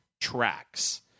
tracks